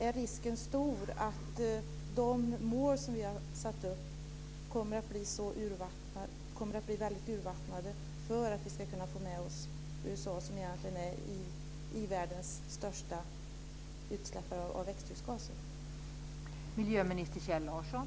Är risken stor att de mål vi har satt upp kommer att bli väldigt urvattnade för att vi ska kunna få med oss USA, som egentligen släpper ut mest växthusgaser i i-världen?